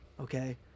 okay